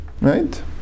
right